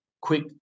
quick